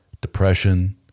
depression